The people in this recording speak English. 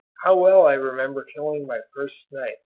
how well i remember killing my first snipe,